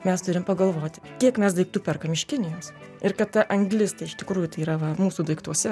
mes turim pagalvoti kiek mes daiktų perkam iš kinijos ir kad ta anglis tai iš tikrųjų tai yra va mūsų daiktuose